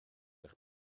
eich